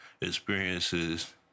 experiences